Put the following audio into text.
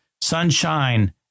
sunshine